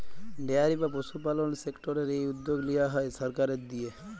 dairy বা পশুপালল সেক্টরের এই উদ্যগ লিয়া হ্যয় সরকারের দিঁয়ে